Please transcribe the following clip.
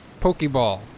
Pokeball